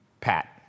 Pat